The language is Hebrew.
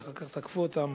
ואחר כך תקפו אותם.